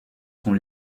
sont